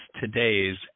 today's